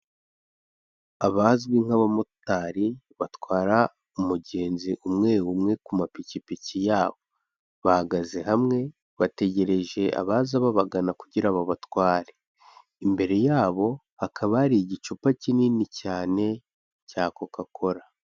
Abazwi nk'abamotari batwara umugenzi umwe umwe ku mapikipiki yabo, bahagaze hamwe bategereje abaza babagana kugira babatware, imbere yabo hakaba hari igicupa kinini cyane cya Kokakora.